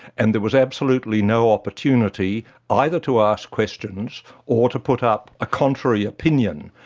and there was absolutely no opportunity either to ask questions or to put up a contrary opinion.